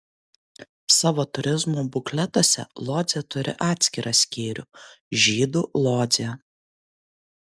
savo turizmo bukletuose lodzė turi atskirą skyrių žydų lodzė